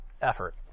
effort